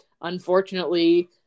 unfortunately